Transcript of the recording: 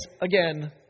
again